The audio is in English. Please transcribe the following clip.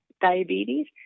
diabetes